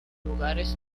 lugares